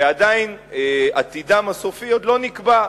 ועדיין עתידם הסופי לא נקבע.